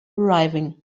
arriving